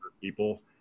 people